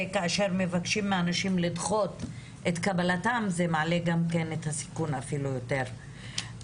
וכאשר מבקשים מאנשים לדחות את קבלתם מעלה את הסיכון אפילו יותר.